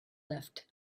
left